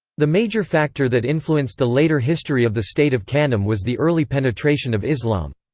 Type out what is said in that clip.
the major factor that influenced the later history of the state of kanem was the early penetration of islam.